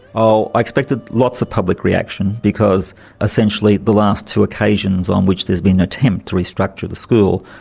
oh, i expected lots of public reaction, because essentially the last two occasions on which there's been an attempt to restructure the school,